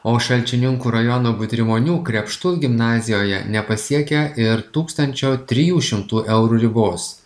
o šalčininkų rajono butrimonių krepštul gimnazijoje nepasiekia ir tūkstančio trijų šimtų eurų ribos